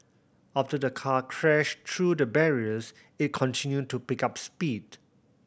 after the car crashed through the barriers it continued to pick up speed